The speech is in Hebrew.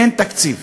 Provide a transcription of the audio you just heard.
אין תקציב,